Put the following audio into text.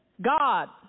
God